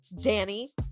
Danny